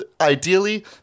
ideally